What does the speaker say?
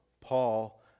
Paul